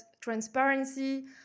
transparency